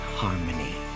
harmony